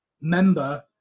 member